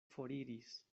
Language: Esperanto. foriris